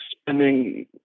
spending